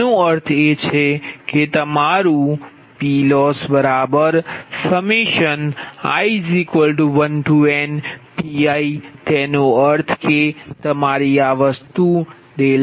તેનો અર્થ એ છે કે તમારું PLossi1nPi તેનો અર્થકે તમારી આ વસ્તુ PLosskP1kP2kP3k